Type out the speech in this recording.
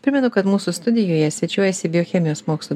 primenu kad mūsų studijoje svečiuojasi biochemijos mokslų